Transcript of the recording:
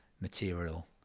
material